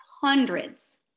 hundreds